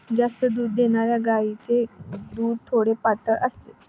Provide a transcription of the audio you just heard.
जास्त दूध देणाऱ्या गायीचे दूध थोडे पातळ असते